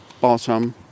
bottom